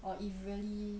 or if really